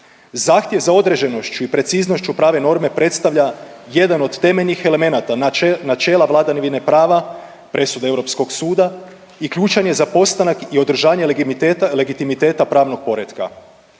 Zahtjev za određenošću i preciznošću prave norme predstavlja jedan od temeljnih elemenata načela vladavine prava presude Europskog suda i ključan je za postanak i održanje legitimiteta pravnog poretka.